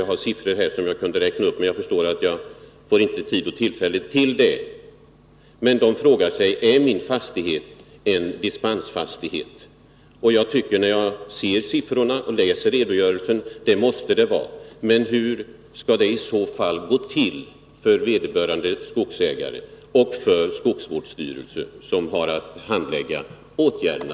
Jag har siffror som jag kunde räkna upp, men jag förstår att jag inte får tid eller tillfälle till det. Dessa fastighetsägare frågar sig: Är min fastighet en dispensfastighet? Och när jag ser siffrorna och läser redogörelsen tycker jag att det måste vara så. Men hur skall det hela i så fall gå till för vederbörande skogsägare och för skogsvårdsstyrelsen, som jag förmodar har att handlägga åtgärderna?